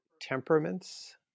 temperaments